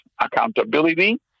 accountability